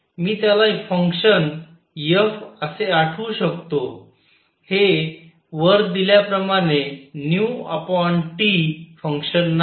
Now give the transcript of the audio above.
मी त्याला function f असे आठवू शकतो हे वर दिल्याप्रमाणे T फंक्शन नाही